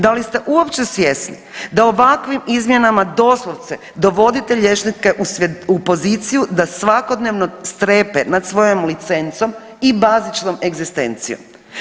Da li ste uopće svjesni da ovakvim izmjenama doslovce dovodite liječnike u poziciju da svakodnevno strepe nad svojom licencom i bazičnom egzistencijom?